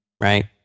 right